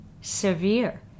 severe